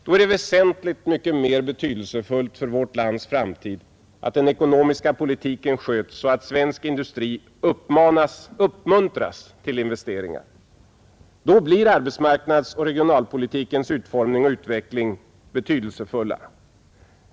Det är väsentligt mer betydelsefullt för vårt lands framtid att den ekonomiska politiken sköts så att svensk industri uppmuntras till investeringar. Då blir arbetsmarknadsoch regionalpolitikens utformning och utveckling betydelsefulla.